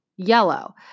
Yellow